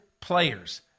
players